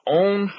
own